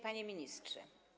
Panie Ministrze!